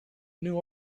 new